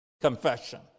Confession